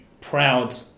proud